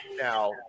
now